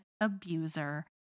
abuser